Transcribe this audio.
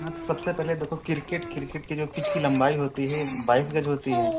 हाँ तो सबसे पहले देखो किर्केट किर्केट की जो पिच की लम्बाई होती है बाईस गज होती है